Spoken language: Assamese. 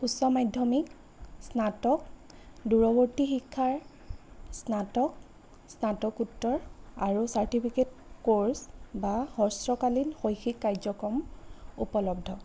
উচ্চ মাধ্যমিক স্নাতক দূৰৱৰ্তী শিক্ষাৰ স্নাতক স্নাতকোত্তৰ আৰু চাৰ্টিফিকেট কৰ্ছ বা হ্ৰস্বকালীন শৈক্ষিক কাৰ্য্য়ক্ৰম উপলব্ধ